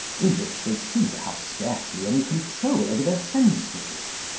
in which they seem to have scarcely any control over their senses.